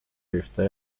ühte